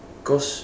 cause